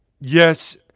yes